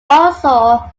also